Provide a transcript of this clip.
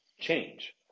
change